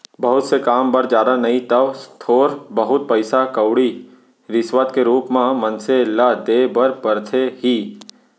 बहुत से काम बर जादा नइ तव थोर बहुत पइसा कउड़ी रिस्वत के रुप म मनसे ल देय बर परथे ही